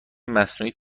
مصنوعی